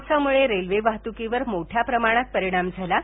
पावसामुळे रेल्वे वाहतुकीवर मोठ्या प्रमाणात परिणाम झाला